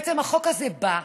בעצם החוק הזה בא,